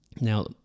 Now